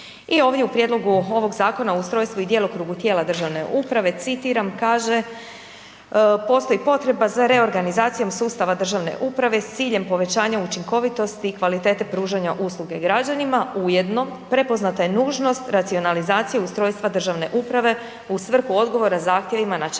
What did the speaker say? I ovdje u prijedlogu ovog Zakona o ustrojstvu i djelokrugu tijela državne uprave citiram kaže postoji potreba za reorganizacijom sustava državne uprave s ciljem povećanja učinkovitosti i kvalitete pružanja usluge građanima, ujedno prepoznata je nužnost racionalizacije ustrojstva državne uprave u svrhu odgovora zahtjevima načela ekonomičnosti.